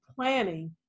planning